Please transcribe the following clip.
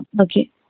Okay